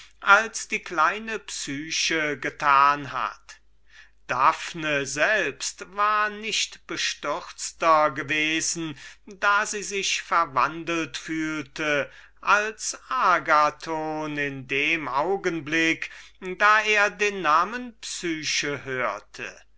als die kleine psyche so hieß die tänzerin getan hat daphne selbst war nicht bestürzter gewesen da sie sich verwandelt fühlte als agathon in dem augenblick als er den namen psyche hörte